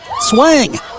swing